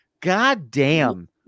goddamn